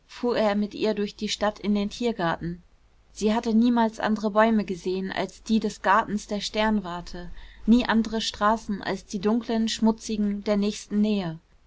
er mit ihr durch die stadt in den tiergarten sie hatte niemals andere bäume gesehen als die des gartens der sternwarte nie andere straßen als die dunklen schmutzigen der nächsten nähe